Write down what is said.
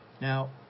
Now